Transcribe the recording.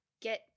get